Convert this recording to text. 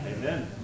Amen